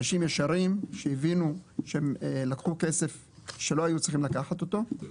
אנשים ישרים שהבינו שהם לקחו כסף שלא היו צריכים לקחת אותו,